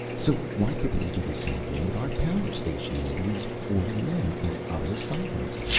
so why couldn't we do the same thing with our power station and release forty men for other assignments?